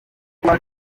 uko